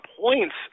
points